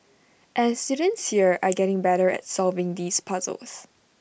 and students here are getting better at solving these puzzles